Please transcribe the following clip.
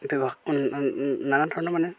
ব্যৱ নানান ধৰণৰ মানে